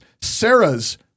Sarah's